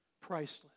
priceless